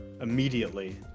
immediately